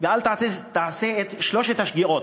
ואל תעשה את שלוש השגיאות: